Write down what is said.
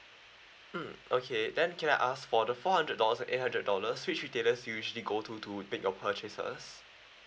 mm okay then can I ask for the four hundred dollars and eight hundred dollars which retailers do you usually go to to make your purchase first